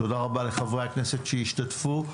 תודה רבה לחברי הכנסת שהשתתפו.